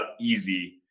easy